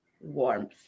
warmth